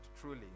truly